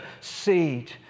seed